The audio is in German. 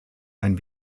ein